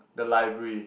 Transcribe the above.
the library